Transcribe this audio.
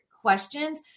questions